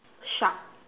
shark